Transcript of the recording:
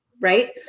Right